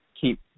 keep